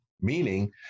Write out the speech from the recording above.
meaning